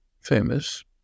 famous